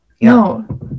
No